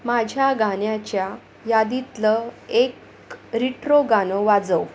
माझ्या गाण्याच्या यादीतलं एक रिट्रो गाणं वाजव